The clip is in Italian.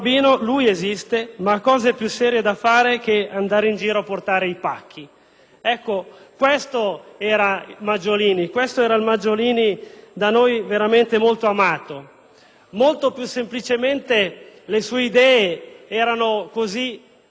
pacchi». Questo era Maggiolini, e questo era il Maggiolini da noi molto amato. Molto più semplicemente, le sue idee erano così amate perché erano quelle della terra, della sua gente.